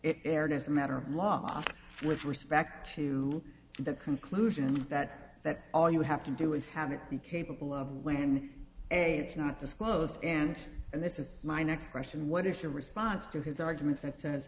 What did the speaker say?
is a matter of law with respect to the conclusion that all you have to do is have it be capable of when and it's not disclosed and and this is my next question what is your response to his argument that says